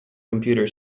computer